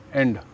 end